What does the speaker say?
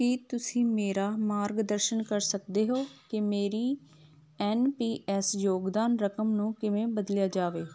ਕੀ ਤੁਸੀਂ ਮੇਰਾ ਮਾਰਗਦਰਸ਼ਨ ਕਰ ਸਕਦੇ ਹੋ ਕੀ ਮੇਰੀ ਐਨ ਪੀ ਐਸ ਯੋਗਦਾਨ ਰਕਮ ਨੂੰ ਕਿਵੇਂ ਬਦਲਿਆ ਜਾਵੇ